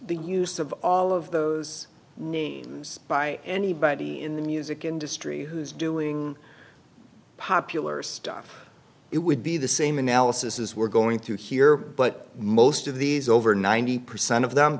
the use of all of those names by anybody in the music industry who's doing popular stuff it would be the same analysis as we're going through here but most of these over ninety percent of them